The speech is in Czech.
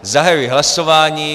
Zahajuji hlasování.